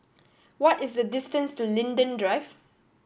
what is the distance to Linden Drive